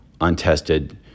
untested